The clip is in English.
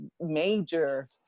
major